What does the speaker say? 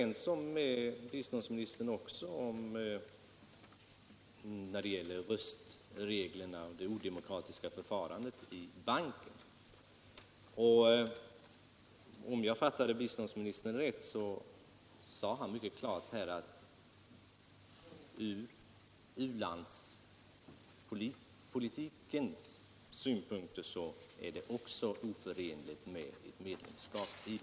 När = bostadssökande det gäller röstreglerna och det odemokratiska förfarandet därvidlag i banken kan jag vara överens med biståndsministern, och om jag fattade statsrådet rätt sade han också mycket klart ifrån att ett medlemskap i denna bank är oförenligt med vår u-landspolitik.